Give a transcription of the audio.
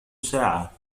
ساعة